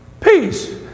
Peace